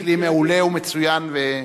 כלי מעולה ומצוין.